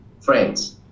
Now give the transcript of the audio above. friends